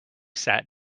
sat